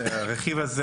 הרכיב הזה,